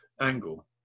angle